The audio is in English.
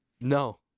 No